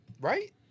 Right